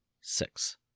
Six